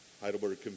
Heidelberg